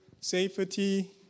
safety